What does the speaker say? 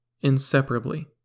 inseparably